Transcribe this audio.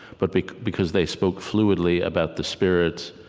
but because they spoke fluidly about the spirit,